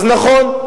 אז נכון,